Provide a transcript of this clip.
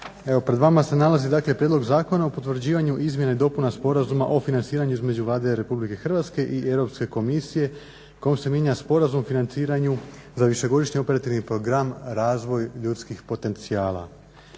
pred vama se nalazi dakle prijedlog Zakona o potvrđivanju izmjena i dopuna Sporazuma o financiranju između Vlade RH i Europske komisije kojim se mijenja Sporazum o financiranju za višegodišnji operativni Program "Razvoj ljudskih potencijala".